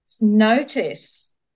Notice